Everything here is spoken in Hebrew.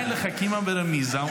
די לחכימא ברמיזא.